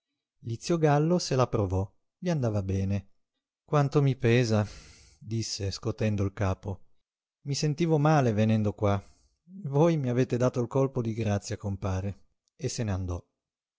lizio gallo se la provò gli andava bene quanto mi pesa disse scotendo il capo i sentivo male venendo qua voi mi avete dato il colpo di grazia compare e se